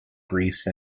greece